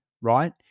right